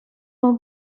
will